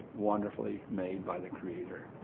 wonderfully made by the creator.